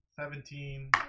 seventeen